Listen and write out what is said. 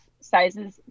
sizes